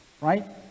right